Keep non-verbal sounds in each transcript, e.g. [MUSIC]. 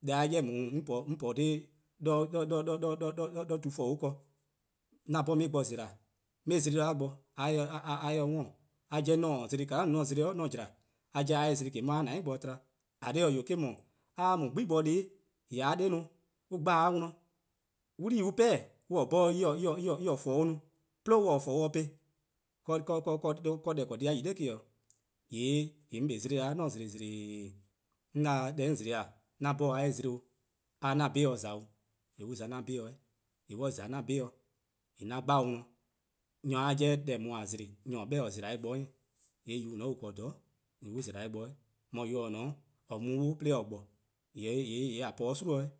Deh-a 'jeh [HESITATION] 'on [HESITATION] po-a 'o [HESITATION] 'do tu :for ken, 'an 'bhorn 'on 'ye-ih bo-dih zela:, 'on 'ye-eh zlo 'de a bo [HESITATION] a 'ye-eh dih 'worn, a 'jeh :mor 'on :taa zlo :ka 'an no-a 'an zlo-a :mor 'on 'jla, a 'jeh :ke a 'ye-eh zlo 'on 'ye-a :dou'+ bo :to, :eh :korn dhih eh 'wee', eh 'dhu, :mor a mu 'gbu+ bo-dih :yee' a 'de 'i dhele-a dih, 'wlii on 'peh-a on :se-' 'bhorn [HESITATION] en 'ye deh :forbuh' no, 'plo en ne-' deh :forbuh' no, [HESITATION] deh :eh :korn-a dhih a yi-a 'noror' me 'o, :yee' 'on kpa 'o zlo 'da 'weh, :mor 'on zlo :zlooo:, :yee' 'on 'da deh 'on zlo-a 'an 'bhorn a 'ye-eh zlo 'o, a ye 'o 'an 'bhun+-dih :za 'o :yee' an za 'o 'an 'bhun+-dih 'weh, :yee' :mor 'on :za 'o 'an 'bhun+-dih, :yee' 'an dhele-uh dih, nyor-a 'jeh deh :daa :a zlo-a nyor :or 'beh-dih zela-eh bo-dih :eh, :yee' :yor+ :on :ne-a 'o :on :korn-a 'toror' :yee' on zela-eh bo-dih, :yee' :yor+ :ob :ne-a 'o :dee :or mu-a 'de :or :gbo-a', :yee' :a po or 'o :g:gwie: 'i 'weh,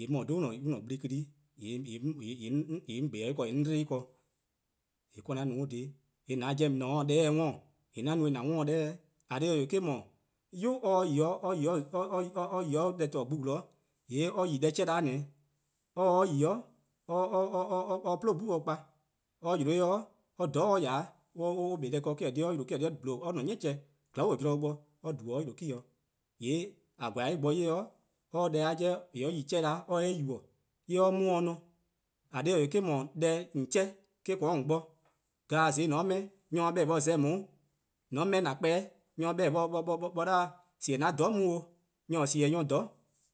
:yee' 'mor :or 'dhu-a [HESITATION] an-a' gblikili-' [HESITATION] :yee' 'on kpa 'o 'weh 'on bda 'o en ken-dih, :yee' 'ka 'an no on dhih-', :yee' :an 'jeh :mor :on se deh-dih 'worn, 'an no-eh :an 'worn deh-dih, :eh :korn dhih-eh:, eh-: 'dhu, 'yu [HESITATION] :or yi-a 'de nyor-deh :torne' gbu 'zorn :yee' on yi deh chean :ne 'o, or se 'de yi [HESITATION] or 'ye 'plo 'gbu bo 'kpa, or 'yi 'de :dhororn' or :ya-a 'de [HESITATION] or kpa deh ken eh-: :korn dhih or 'yle, eh-: :korn dhih or :dle 'ni 'cheh :glaa'e zorn bo or :dhlu-dih or 'yle me 'o, :yee' :a :korn :a 'ye-eh bo 'ye deh-a 'jeh or 'yi-a chean 'da or 'ye-eh yubo:, 'de or 'ye mona no, :eh :korn dhih-eh, eh-: 'dhu deh :on chean'-a eh-: :korn 'o :on bo, :mor zorn :taa zen :mor :on 'meh, nyor se 'beh-dih: or 'ye-eh on :za, :mor 'meh :an kpa-eh, nyor se 'beh-dih: [HESITATION] or 'ye :ao' sie:-dih an :dhororn' 'on 'o, nyor-a sie-dih nyor :dhororn'.